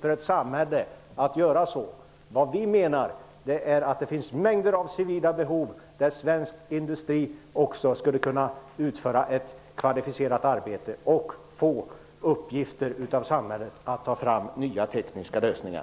för ett samhälle att göra en sådan insats. Vad vi menar är att det finns mängder av civila områden där svensk industri också skulle kunna utföra ett kvalificerat arbete och få uppgifter av samhället att ta fram nya tekniska lösningar.